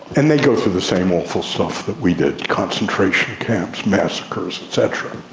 and they go through the same awful stuff that we did concentration camps, massacres et cetera.